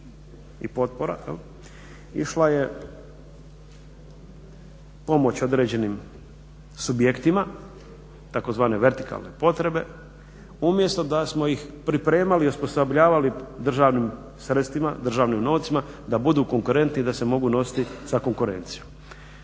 i potpora išla je pomoć određenim subjektima, tzv. vertikalne potpore umjesto da smo ih pripremali i osposobljavali državnim sredstvima, državnim novcima da budu konkurentni i da se mogu nositi sa konkurencijom.